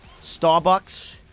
Starbucks